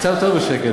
קצת יותר בשקט.